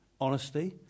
Honesty